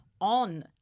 on